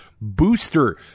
booster